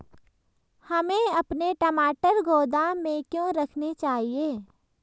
हमें अपने टमाटर गोदाम में क्यों रखने चाहिए?